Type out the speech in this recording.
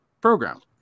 program